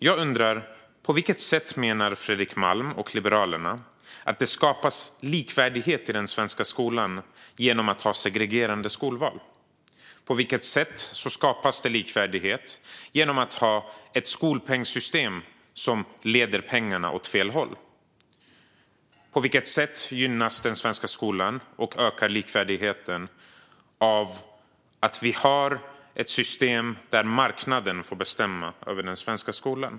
Jag undrar: På vilket sätt menar Fredrik Malm och Liberalerna att det skapas likvärdighet i den svenska skolan genom segregerande skolval? På vilket sätt skapas likvärdighet genom ett skolpengssystem som leder pengarna åt fel håll? På vilket sätt gynnas den svenska skolan och likvärdigheten av ett system där marknaden får bestämma över den svenska skolan?